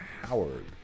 Howard